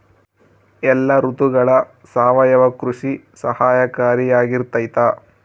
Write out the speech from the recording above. ಎಲ್ಲ ಋತುಗಳಗ ಸಾವಯವ ಕೃಷಿ ಸಹಕಾರಿಯಾಗಿರ್ತೈತಾ?